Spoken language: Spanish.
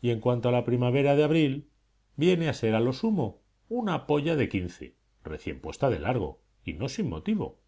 y en cuanto a la primavera de abril viene a ser a lo sumo una polla de quince recién puesta de largo y no sin motivo